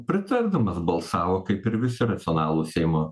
pritardamas balsavo kaip ir visi racionalūs seimo